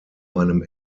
einem